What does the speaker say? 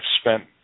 spent